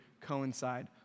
coincide